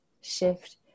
shift